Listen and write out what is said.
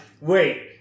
Wait